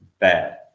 bad